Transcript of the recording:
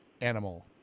animal